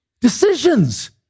decisions